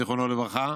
זיכרונו לברכה,